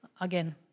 again